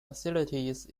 facilities